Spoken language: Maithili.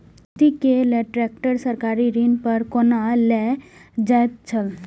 खेती के लेल ट्रेक्टर सरकारी ऋण पर कोना लेल जायत छल?